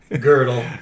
Girdle